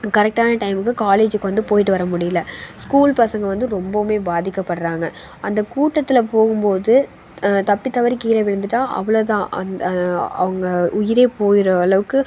கரெக்டான டைமுக்கு காலேஜ்க்கு வந்து போய்விட்டு வரமுடியல ஸ்கூல் பசங்கள் வந்து ரொம்பவுமே பாதிக்கபடுறாங்க அந்த கூட்டத்தில் போகும் போது தப்பி தவறி கீழே விழுந்துவிட்டா அவ்வளோ தான் அவங்க உயிரே போய்கிற அளவுக்கு